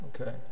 Okay